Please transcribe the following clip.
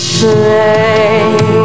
pray